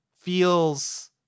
feels